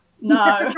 No